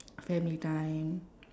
family time